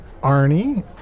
Arnie